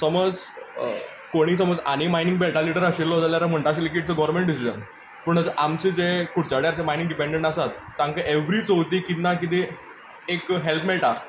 समज कोणी समज आनी मायनींग बेल्टा लिडर आशिल्लो जाल्यार म्हणटा आसिल्लो की इट्स अ गवर्मेंट डिसीजन पूण आमचे जे कुडचड्यार जे मायनींग डिपेंडंट आसात तांकां एवरी चवथीक किदें ना किदें एक हेल्प मेळटा